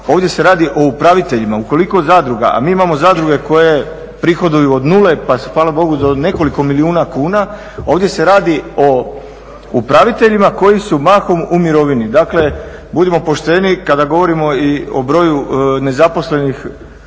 Ovdje se radi o upraviteljima, ukoliko zadruga, a mi imao zadruge koje prihoduju od 0 pa hvala Bogu do nekoliko milijuna kuna, ovdje se radi o upraviteljima koji su mahom u mirovini. Dakle, budimo pošteni kada govorimo i o broju nezaposlenih